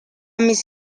miss